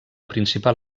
principal